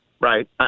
Right